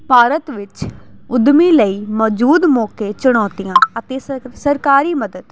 ਭਾਰਤ ਵਿੱਚ ਉੱਦਮੀ ਲਈ ਮੌਜੂਦ ਮੌਕੇ ਚੁਣੌਤੀਆਂ ਅਤੇ ਸ ਸਰਕਾਰੀ ਮਦਦ